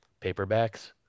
paperbacks